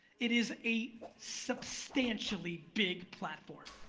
it is a substantially big platform.